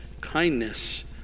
kindness